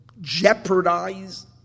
jeopardize